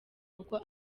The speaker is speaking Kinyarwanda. uko